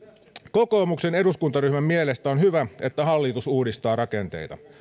kokoomuksen eduskuntaryhmän mielestä on hyvä että hallitus uudistaa rakenteita